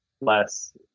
less